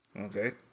Okay